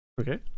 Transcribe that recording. Okay